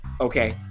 Okay